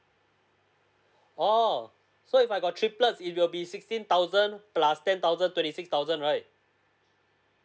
oh so if I got triplet it'll be sixteen thousand plus ten thousand twenty six thousand right